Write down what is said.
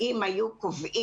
אם היו קובעים,